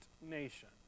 nation